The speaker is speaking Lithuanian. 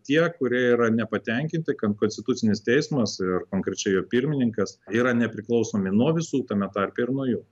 tie kurie yra nepatenkinti kad konstitucinis teismas ir konkrečiai jo pirmininkas yra nepriklausomi nuo visų tame tarpe ir nuo jų